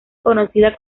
conocida